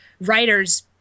writers